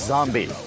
Zombie